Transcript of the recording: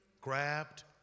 grabbed